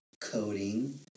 coding